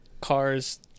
cars